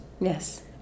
Yes